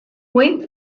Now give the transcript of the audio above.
wing